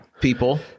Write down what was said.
people